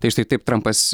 tai štai taip trampas